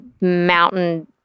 mountain